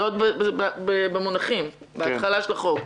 זה במונחים, בהתחלה של החוק.